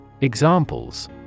Examples